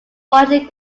widely